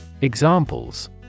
Examples